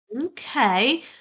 Okay